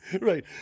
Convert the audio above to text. Right